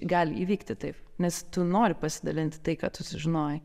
gali įvykti taip nes tu nori pasidalinti tai ką tu sužinojai